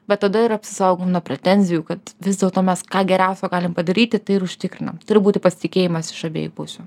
bet tada ir apsisaugom nuo pretenzijų kad vis dėlto mes ką geriausio galim padaryti tai ir užtikrinam turi būti pasitikėjimas iš abiejų pusių